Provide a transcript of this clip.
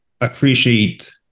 appreciate